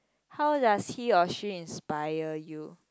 how does he or she inspire you